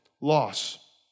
loss